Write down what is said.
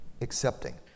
accepting